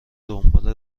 دنبال